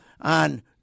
on